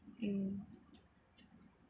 mm